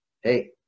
hey